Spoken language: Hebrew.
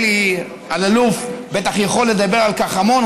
אלי אלאלוף בטח יכול לדבר על כך המון,